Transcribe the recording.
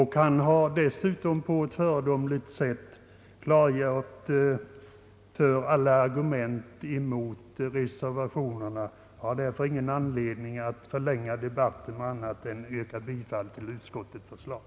Han har dessutom på ett föredömligt sätt klargjort alla argument emot reservationerna. Jag har därför ingen anledning att förlänga debatten med en upprepning av dessa argument utan yrkar bifall till utskottets förslag.